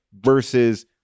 versus